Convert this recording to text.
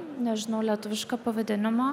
nežinau lietuviško pavadinimo